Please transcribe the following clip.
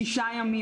שישה ימים.